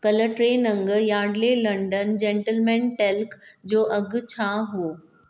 कल टे नंग याडले लन्डन जेंटलमैन टेल्क जो अघु छा हुओ